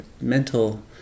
mental